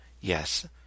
yes